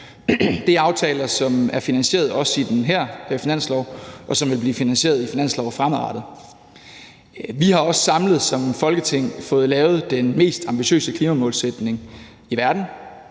Det er aftaler, som også er finansieret i den her finanslov, og som vil blive finansieret i finanslove fremadrettet. Vi har også samlet som Folketing fået lavet den mest ambitiøse klimamålsætning i verden,